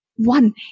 One